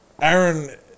Aaron